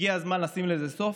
הגיע הזמן לשים לזה סוף.